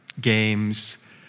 games